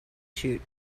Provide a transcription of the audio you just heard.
shoot